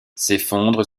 s’effondre